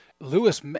Lewis